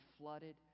flooded